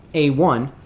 a one,